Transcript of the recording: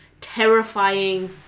terrifying